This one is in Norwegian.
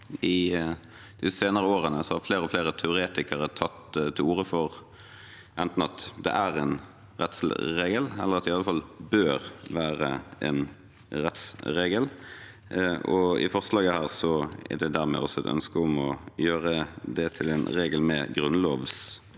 i de senere årene har flere og flere teoretikere tatt til orde for enten at det er en rettslig regel, eller at det i alle fall bør være en rettsregel. I dette forslaget er det dermed også et ønske om å gjøre det til en regel med grunnlovs rang.